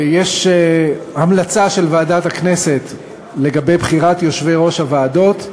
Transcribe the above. יש המלצה של ועדת הכנסת לגבי בחירת יושבי-ראש הוועדות.